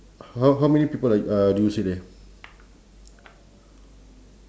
how how many people are uh do you see there